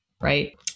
right